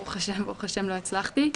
ברוך השם לא הצלחתי.